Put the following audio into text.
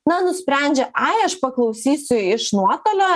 na nusprendžia ai aš paklausysiu iš nuotolio